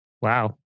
Wow